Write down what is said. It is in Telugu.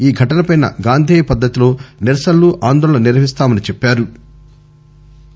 ఈ ఘటనపై గాంధేయ పద్దతిలో నిరసనలు ఆందోళనలు నిర్వహిస్తామని చెప్పారు